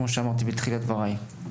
כפי שאמרתי בתחילת דבריי.